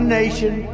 nation